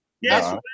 Yes